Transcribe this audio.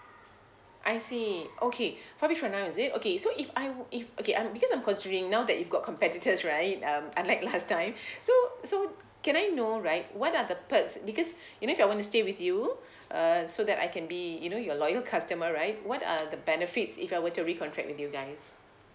I see okay probably for now is it okay so if I would if okay um because I'm considering now that you've got competitors right um unlike last time so so can I know right what are the perks because you know if I want to stay with you err so that I can be you know your loyal customer right what are the benefits if I were to recontract with you guys